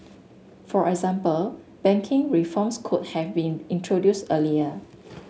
for example banking reforms could have been introduced earlier